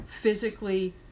physically